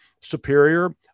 superior